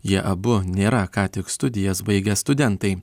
jie abu nėra ką tik studijas baigę studentai